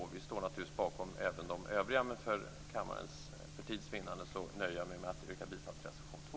Naturligtvis står vi bakom också övriga reservationer men för tids vinnande nöjer jag mig med att yrka bifall till reservation 2.